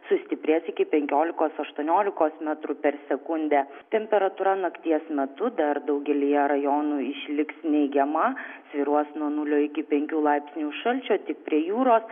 sustiprės iki penkiolikos aštuoniolikos metrų per sekundę temperatūra nakties metu dar daugelyje rajonų išliks neigiama svyruos nuo nulio iki penkių laipsnių šalčio tik prie jūros